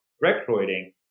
recruiting